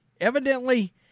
evidently